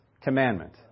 commandment